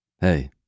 Hey